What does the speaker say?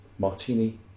martini